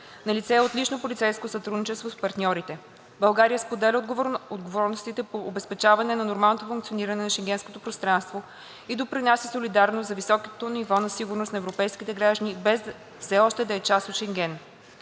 Налице е отлично полицейско сътрудничество с партньорите. България споделя отговорностите по обезпечаване на нормалното функциониране на Шенгенското пространство и допринася солидарно за високото ниво на сигурност на европейските граждани, без все още да е част от Шенген.